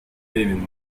левину